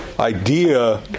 Idea